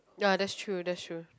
ya that's true that's true